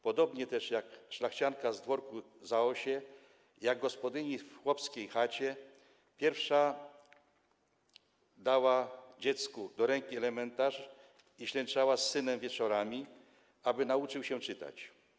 Podobnie jak szlachcianka z dworku w Zaosiu, tak gospodyni w chłopskiej chacie pierwsza dała dziecku do ręki elementarz i ślęczała z synem wieczorami, aby nauczył się czytać.